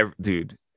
dude